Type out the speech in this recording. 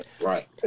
Right